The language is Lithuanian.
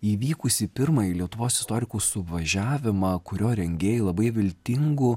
įvykusį pirmąjį lietuvos istorikų suvažiavimą kurio rengėjai labai viltingu